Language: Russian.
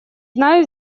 знаю